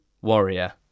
warrior